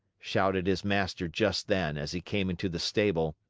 shouted his master just then, as he came into the stable.